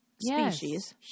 species